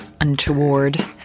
Untoward